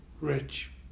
Rich